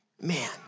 Man